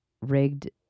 rigged